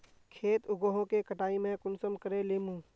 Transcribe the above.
खेत उगोहो के कटाई में कुंसम करे लेमु?